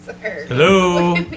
Hello